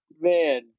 Man